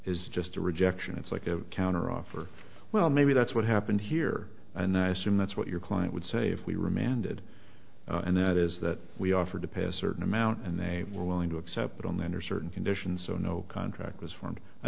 is just a rejection it's like a counteroffer well maybe that's what happened here and i assume that's what your client would say if we remanded and that is that we offered to pay a certain amount and they were willing to accept it only under certain conditions so no contract was f